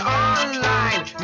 online